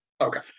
Okay